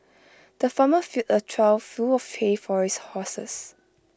the farmer filled A trough full of hay for his horses